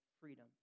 freedom